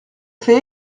fait